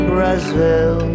Brazil